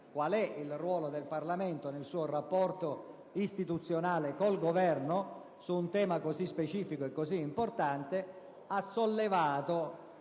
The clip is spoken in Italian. qual è il ruolo del Parlamento nel suo rapporto istituzionale con il Governo su un tema così specifico e importante - il senatore